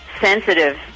sensitive